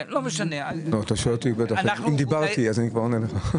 אתה שואל אותי אם דיברתי ואני כבר עונה לך.